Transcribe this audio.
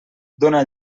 dóna